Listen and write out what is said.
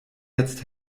jetzt